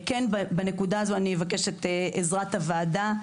בנקודה הזו אבקש את עזרת הוועדה: